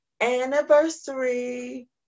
anniversary